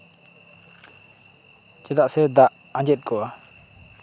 ᱪᱮᱫᱟᱜ ᱥᱮ ᱫᱟᱜ ᱟᱸᱡᱮᱫ ᱠᱚᱜᱼᱟ